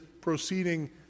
proceeding